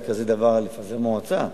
על כזה דבר לפזר מועצה?